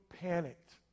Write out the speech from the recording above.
panicked